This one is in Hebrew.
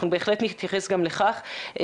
בהחלט נתייחס גם לכך.